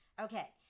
Okay